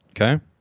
Okay